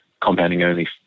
compounding-only